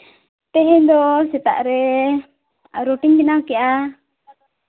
ᱛᱮᱦᱮᱧ ᱫᱚ ᱥᱮᱛᱟᱜ ᱨᱮ ᱨᱩᱴᱤᱧ ᱵᱮᱱᱟᱣ ᱠᱟᱜᱼᱟ